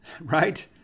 right